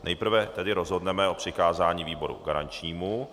Nejprve tedy rozhodneme o přikázání výboru garančnímu.